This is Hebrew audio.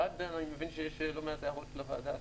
אני מבין שיש לא מעט הערות לוועדה עצמה.